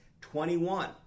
21